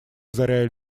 озаряя